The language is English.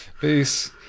peace